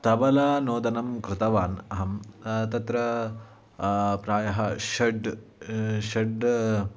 तबला नोदनं कृतवान् अहं तत्र प्रायः षड् षड्